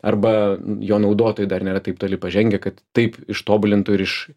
arba jo naudotojai dar nėra taip toli pažengę kad taip ištobulintų ir iš